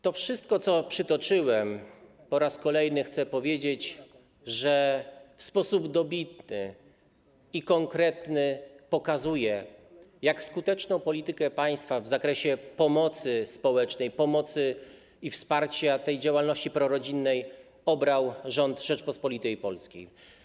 To wszystko, co przytoczyłem, po raz kolejny chcę powiedzieć, w sposób dobitny i konkretny pokazuje, jak skuteczną politykę państwa w zakresie pomocy społecznej, pomocy i wsparcia działalności prorodzinnej obrał rząd Rzeczypospolitej Polskiej.